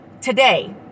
today